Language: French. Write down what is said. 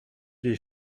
des